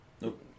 Nope